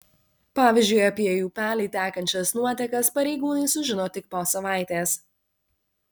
pavyzdžiui apie į upelį tekančias nuotekas pareigūnai sužino tik po savaitės